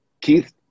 Keith